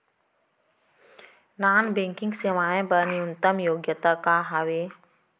Non banking सेवाएं बर न्यूनतम योग्यता का हावे?